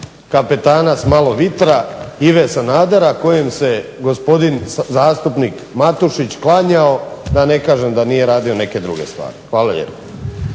kapetana Malo vitra Ive Sanadera kojem se gospodin zastupnik klanjao da ne kažem da nije radio neke druge stvari. Hvala vam